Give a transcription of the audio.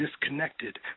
disconnected